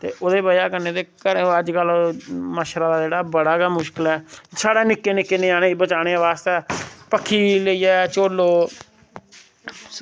तो ओह्दी बजह कन्नै ते घरें अजकल मच्छरा दा जेह्ड़ा बड़ा गै मुश्कल ऐ साढ़ै निक्के निक्के ञ्याणेंई बचानै बास्तै पक्खी लेइयै झोल्लो